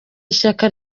ishyaka